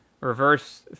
reverse